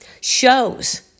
shows